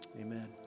Amen